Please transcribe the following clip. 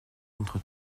contre